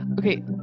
Okay